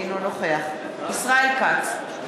אינו נוכח ישראל כץ,